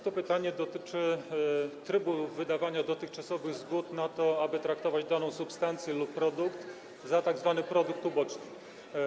To pytanie dotyczy trybu wydawania dotychczasowych zgód na to, aby traktować daną substancję lub dany produkt za tzw. produkt uboczny.